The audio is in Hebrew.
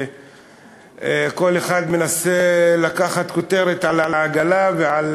שכל אחד מנסה לקחת כותרת על העגלה ועל